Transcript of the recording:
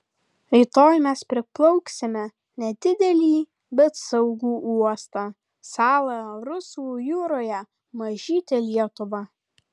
rytoj mes priplauksime nedidelį bet saugų uostą salą rusų jūroje mažytę lietuvą